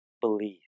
believe